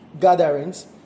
gatherings